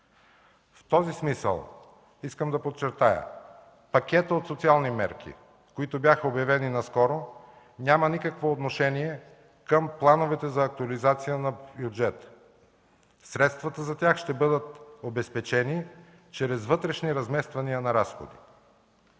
В този смисъл искам да подчертая: пакетът от социални мерки, които бяха обявени наскоро, няма никакво отношение към плановете за актуализация на бюджета. Средствата за тях ще бъдат обезпечени чрез вътрешни размествания на разходите.